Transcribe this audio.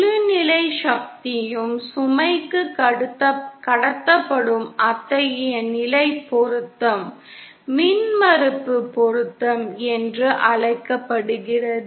முழு நிலை சக்தியும் சுமைக்கு கடத்தப்படும் அத்தகைய நிலை பொருத்தம் மின்மறுப்பு பொருத்தம் என்று அழைக்கப்படுகிறது